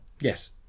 yes